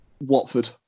Watford